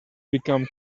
become